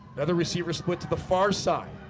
another receivers quit to the far side